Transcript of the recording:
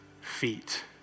feet